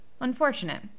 Unfortunate